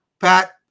Pat